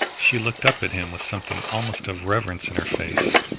she looked up at him with something almost of reverence in her face.